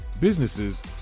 Businesses